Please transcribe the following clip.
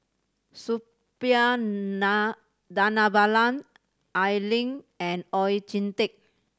Suppiah Dhanabalan Al Lim and Oon Jin Teik